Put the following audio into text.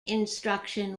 instruction